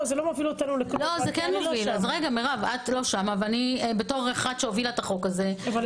בתור אחת שהובילה את החוק, אני